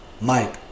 Mike